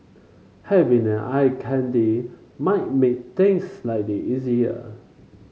having an eye candy might make things slightly easier